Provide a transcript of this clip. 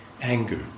anger